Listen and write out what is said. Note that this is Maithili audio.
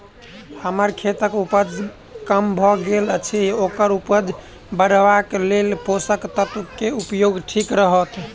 हम्मर खेतक उपज कम भऽ गेल अछि ओकर उपज बढ़ेबाक लेल केँ पोसक तत्व केँ उपयोग ठीक रहत?